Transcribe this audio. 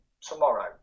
tomorrow